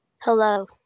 Hello